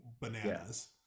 bananas